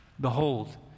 Behold